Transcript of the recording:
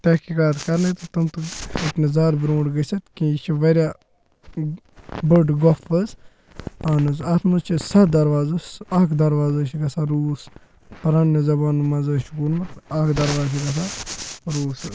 تحقیقات کَرنہِ تہٕ تِم تہِ ہیٚکہِ نہٕ زیادٕ برٛونٛٹھ گٔژھِتھ کیٚنٛہہ یہِ چھِ واریاہ بٔڑ گۄپھ حظ اہن حظ اَتھ منٛز چھِ سَتھ دَرواز حظ اَکھ دَرواز حظ چھِ گژھان روٗس پرٛانہِ زَبانہٕ منٛز حظ چھُ ووٚنمُت اَکھ دَرواز چھِ گژھان روٗس حظ